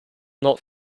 not